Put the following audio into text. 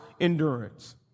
endurance